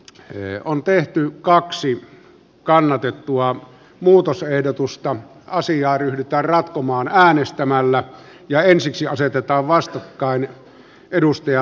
hyö on tehty kaksi kannatettua muutosehdotusta asiaa ryhdytään ratkomaan hän estämällä ja ensiksi asetetaan arvoisa puhemies